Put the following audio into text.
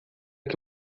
que